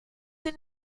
sie